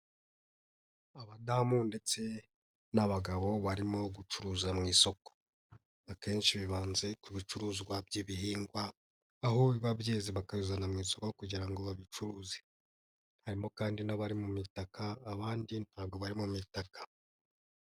Abadamu ndetse n'abagabo barimo gucuruza mu isoko, akenshi bibanze ku bicuruzwa by'ibihingwa aho biba byeze bakabizana mu isoko kugira ngo babicuruze, harimo kandi n'abari mu butaka abandi ntabwo bari mu mitaka.